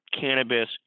cannabis